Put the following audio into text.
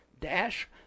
dash